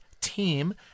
team